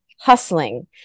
hustling